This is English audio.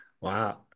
Wow